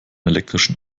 elektrischen